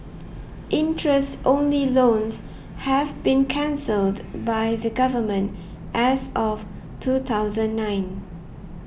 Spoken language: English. interest only loans have been cancelled by the Government as of two thousand nine